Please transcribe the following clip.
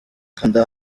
kanda